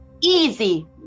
easy